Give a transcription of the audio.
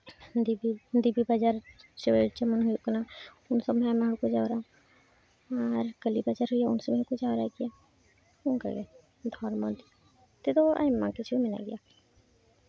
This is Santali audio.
ᱫᱮᱵᱤ ᱫᱮᱵᱤ ᱵᱟᱡᱟᱨ ᱥᱮ ᱡᱮᱢᱚᱱ ᱦᱩᱭᱩᱜ ᱠᱟᱱᱟ ᱩᱱ ᱥᱚᱢᱚᱭ ᱦᱚᱸ ᱟᱭᱢᱟ ᱦᱚᱲᱠᱚ ᱡᱟᱣᱨᱟᱜᱼᱟ ᱟᱨ ᱠᱟᱹᱞᱤ ᱵᱟᱡᱟᱨ ᱦᱩᱭᱩᱜᱼᱟ ᱩᱱ ᱥᱚᱢᱚᱭ ᱦᱚᱸᱠᱚ ᱡᱟᱣᱨᱟᱜ ᱜᱮᱭᱟ ᱚᱱᱠᱟᱜᱮ ᱫᱷᱚᱨᱢᱚ ᱫᱚ ᱛᱮᱫᱚ ᱟᱭᱢᱟ ᱠᱤᱪᱷᱩ ᱢᱮᱱᱟᱜ ᱜᱮᱭᱟ